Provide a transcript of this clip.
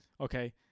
Okay